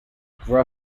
grew